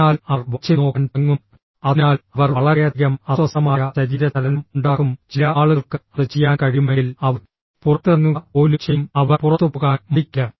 അതിനാൽ അവർ വാച്ചിൽ നോക്കാൻ തുടങ്ങും അതിനാൽ അവർ വളരെയധികം അസ്വസ്ഥമായ ശരീര ചലനം ഉണ്ടാക്കും ചില ആളുകൾക്ക് അത് ചെയ്യാൻ കഴിയുമെങ്കിൽ അവർ പുറത്തിറങ്ങുക പോലും ചെയ്യും അവർ പുറത്തുപോകാൻ മടിക്കില്ല